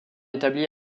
établis